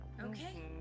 Okay